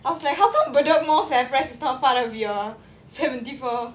I was like how come bedok north fair price not part of your seventy four